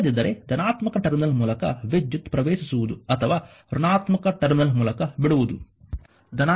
ಇಲ್ಲದಿದ್ದರೆ ಧನಾತ್ಮಕ ಟರ್ಮಿನಲ್ ಮೂಲಕ ವಿದ್ಯುತ್ ಪ್ರವೇಶಿಸುವುದು ಅಥವಾ ಋಣಾತ್ಮಕ ಟರ್ಮಿನಲ್ ಮೂಲಕ ಬಿಡುವುದು